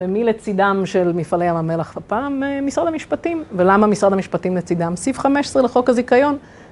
ומי לצידם של מפעלי ים המלח ופעם? משרד המשפטים, ולמה משרד המשפטים לצידם? סעיף 15 לחוק הזיכיון